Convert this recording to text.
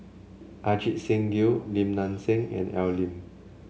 Ajit Singh Gill Lim Nang Seng and Al Lim